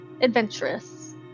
adventurous